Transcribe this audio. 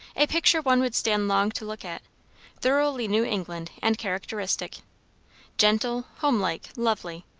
a picture one would stand long to look at thoroughly new england and characteristic gentle, homelike, lovely,